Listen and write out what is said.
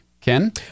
Ken